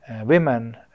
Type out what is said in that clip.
women